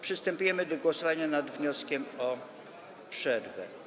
Przystępujemy do głosowania nad wnioskiem o przerwę.